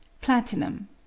platinum